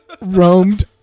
roamed